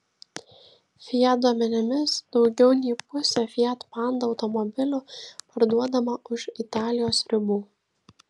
fiat duomenimis daugiau nei pusė fiat panda automobilių parduodama už italijos ribų